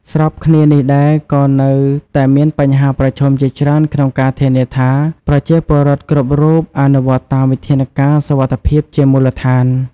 ស្របគ្នានេះដែរ ក៏នៅតែមានបញ្ហាប្រឈមជាច្រើនក្នុងការធានាថា ប្រជាពលរដ្ឋគ្រប់រូបអនុវត្តតាមវិធានការសុវត្ថិភាពជាមូលដ្ឋាន។